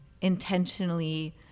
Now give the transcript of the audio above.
intentionally